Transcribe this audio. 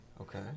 okay